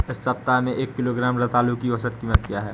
इस सप्ताह में एक किलोग्राम रतालू की औसत कीमत क्या है?